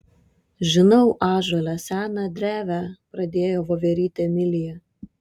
žinau ąžuole seną drevę pradėjo voverytė emilija